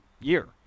year